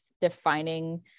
defining